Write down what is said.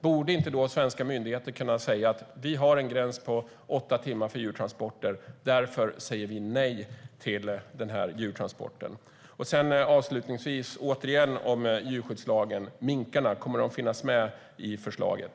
Borde inte svenska myndigheter kunna säga att Sverige har en gräns på åtta timmar för djurtransporter och därför säga nej till dess djurtransporter? Avslutningsvis återigen: Kommer minkarna att finnas med i förslaget?